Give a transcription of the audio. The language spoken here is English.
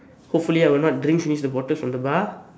hopefully I will not drink finish the bottle from the bar